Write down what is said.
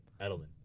Edelman